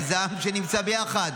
וזה עם שנמצא ביחד,